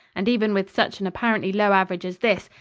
and even with such an apparently low average as this,